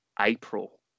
April